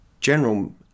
General